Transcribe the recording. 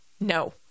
No